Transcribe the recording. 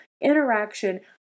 interaction